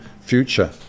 future